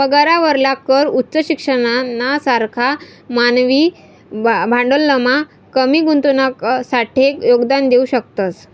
पगारावरला कर उच्च शिक्षणना सारखा मानवी भांडवलमा कमी गुंतवणुकसाठे योगदान देऊ शकतस